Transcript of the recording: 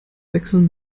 wechseln